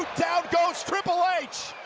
goes triple h!